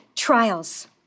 trials